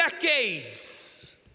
decades